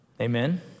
Amen